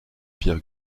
pierre